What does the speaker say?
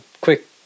quick